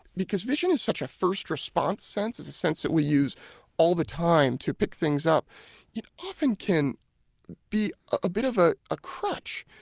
because vision is such a first-response sense it's a sense that we use all the time to pick things up it often can be a bit of a a crutch.